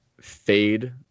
fade